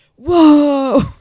whoa